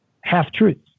half-truths